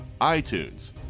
iTunes